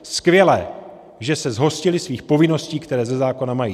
Skvělé, že se zhostily svých povinností, které ze zákona mají.